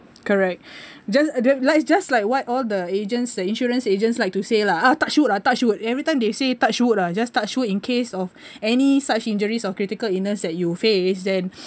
correct just like just like what all the agents the insurance agents like to say lah ah touch wood lah touch wood every time they say touch wood lah just touch wood in case of any such injuries or critical illness that you face then